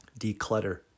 Declutter